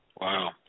Wow